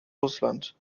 russland